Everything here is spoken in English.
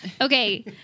Okay